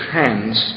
hands